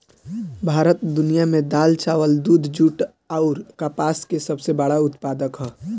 भारत दुनिया में दाल चावल दूध जूट आउर कपास का सबसे बड़ा उत्पादक ह